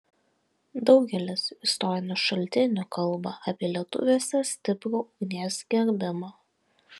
daugelis istorinių šaltinių kalba apie lietuviuose stiprų ugnies gerbimą